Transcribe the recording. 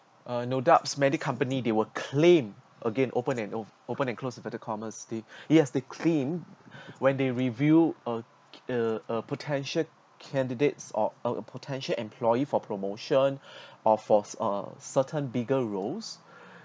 uh no doubts many company they will claim again open and on open and close inverted commas they yes they clean when they review a a a potential candidates or a potential employee for promotion or for uh certain bigger roles